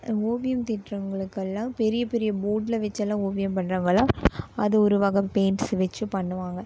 ஓவியம் தீட்றவங்களுக்கெல்லாம் பெரிய பெரிய போர்டில் வெச்சு எல்லாம் ஓவியம் பண்றவங்கலாம் அது ஒரு வகை பெயிண்ட்ஸு வெச்சு பண்ணுவாங்க